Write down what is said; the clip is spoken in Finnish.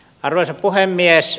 arvoisa puhemies